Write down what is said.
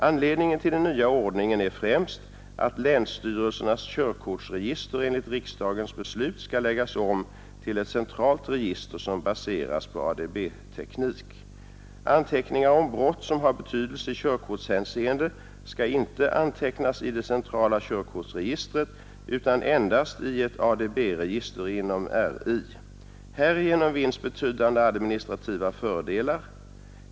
Anledningen till den nya ordningen är främst att länsstyrelsernas Nr 20 körkortsregister enligt riksdagens beslut skall läggas om till ett centralt Torsdagen den register, som baseras på ADB-teknik. Anteckningar om brott som har 10 februari 1972 betydelse i körkortshänseende skall inte antecknas i det centrala körkortsregistret utan endast i ett ADB-register inom RI. Härigenom vinns betydande administrativa fördelar.